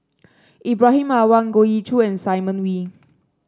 Ibrahim Awang Goh Ee Choo and Simon Wee